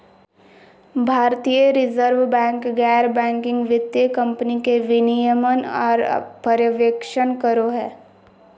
भारतीय reserve bank गैर banking वित्तीय कम्पनी के विनियमन आर पर्यवेक्षण करो हय